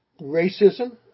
racism